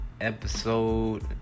episode